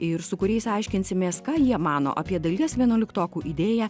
ir su kuriais aiškinsimės ką jie mano apie dalies vienuoliktokų idėją